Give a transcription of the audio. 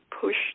push